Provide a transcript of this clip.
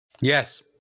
Yes